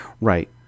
Right